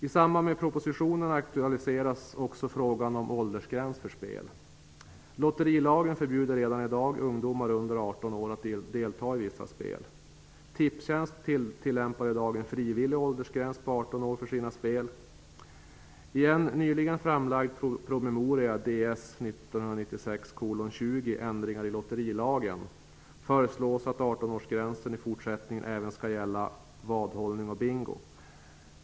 I samband med propositionen aktualiseras också frågan om åldersgräns för spel. Lotterilagen förbjuder redan i dag ungdomar under 18 år att delta i vissa spel. Tipstjänst tillämpar i dag en frivillig åldersgräns på 18 år för sina spel. I en nyligen framlagd promemoria, Ds 1996:20 Ändringar i lotterilagen, föreslås att 18-årsgränsen i fortsättningen även skall gälla vadhållning och bingo.